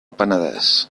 penedès